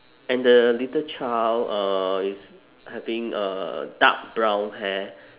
and the little child uh is having uh dark brown hair